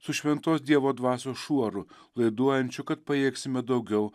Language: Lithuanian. su šventos dievo dvasios šuoru laiduojančiu kad pajėgsime daugiau